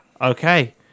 okay